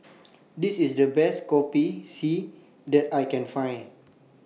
This IS The Best Kopi C that I Can Find